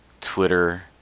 Twitter